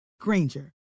Granger